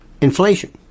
inflation